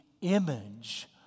image